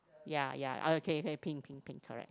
ya ya ah okay pink pink pink correct